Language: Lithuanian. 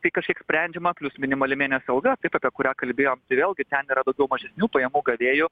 tai kažkiek sprendžiama plius minimali mėnesio alga taip apie kurią kalbėjom tai vėlgi ten yra daugiau mažesnių pajamų gavėjų